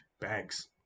bags